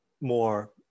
more